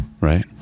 right